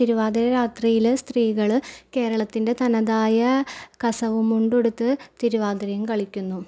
തിരുവാതിര രാത്രിയിൽ സ്ത്രീകൾ കേരളത്തിൻ്റെ തനതായ കസവുമുണ്ടുമുടുത്ത് തിരുവാതിരയും കളിക്കുന്നു